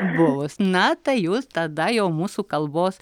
buvus na tai jūs tada jau mūsų kalbos